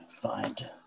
find